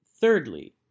Thirdly